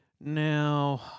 Now